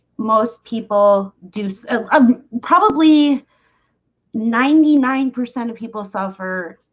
most people do so um probably ninety nine percent of people suffer